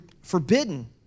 forbidden